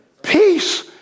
Peace